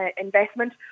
investment